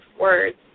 words